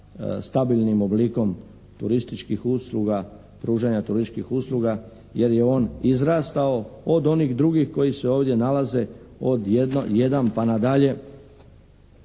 stabilnim oblikom turističkih usluga, pružanja turističkih usluga jer je on izrastao od onih drugih koji se ovdje nalaze od 1 pa na dalje